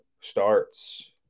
starts